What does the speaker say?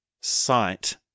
sight